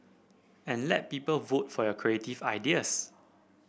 and let people vote for your creative ideas